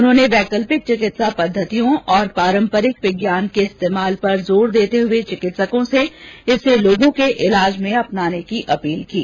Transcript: उन्होंने वैकल्पिक चिकित्सा पद्धतियों और पारम्परिक विज्ञान के इस्तेमाल पर जोर देते हुए चिकित्सकों से इसे लोगों के इलाज में अपनाने की अपील की है